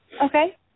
Okay